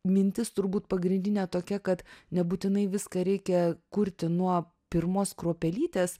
mintis turbūt pagrindinė tokia kad nebūtinai viską reikia kurti nuo pirmos kruopelytės